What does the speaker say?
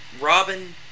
Robin